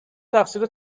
تقصیر